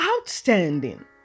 outstanding